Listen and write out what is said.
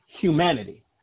humanity